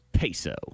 Peso